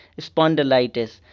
spondylitis